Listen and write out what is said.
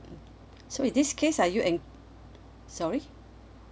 so in this case are you en~ sorry